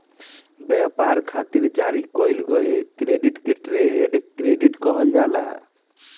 ब्यपार खातिर जारी कईल गईल क्रेडिट के ट्रेड क्रेडिट कहल जाला